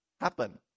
happen